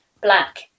black